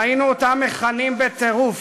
ראינו אותם מכנים בטירוף